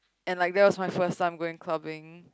and that was my first time going clubbing